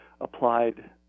applied